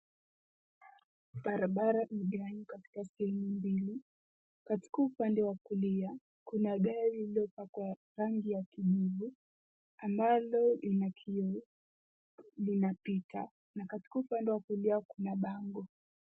Barabara imegawa katika sehemu mbili. Katika upande wa kulia, kuna gari lililopakwa rangi ya kijivu, ambalo lina kioo, lina picha na katika upande wa kulia kuna bango.